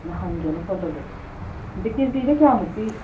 ꯅ ꯍꯪꯒꯦꯅ ꯐꯣꯟ ꯇꯧꯖꯔꯛꯄꯅꯦ ꯑꯗꯣ ꯀꯦ ꯖꯤꯗ ꯀꯌꯥꯃꯨꯛꯇꯤ